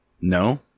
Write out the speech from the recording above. No